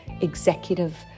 executive